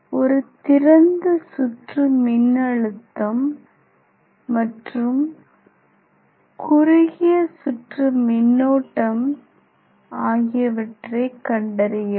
ஒரு திறந்த சுற்று மின்னழுத்தம் மற்றும் குறுகிய சுற்று மின்னோட்டம் ஆகியவற்றைக் கண்டறியவும்